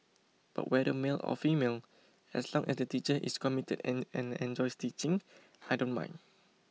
but whether male or female as long as the teacher is committed and and enjoys teaching I don't mind